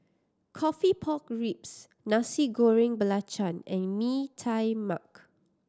coffee pork ribs Nasi Goreng Belacan and Mee Tai Mak